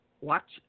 watch